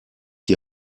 die